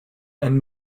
and